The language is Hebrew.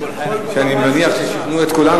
שאני מניח ששכנעו את כולנו,